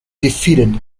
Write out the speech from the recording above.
defeated